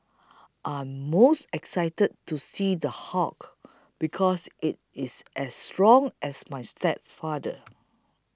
I'm most excited to see The Hulk because it is as strong as my stepfather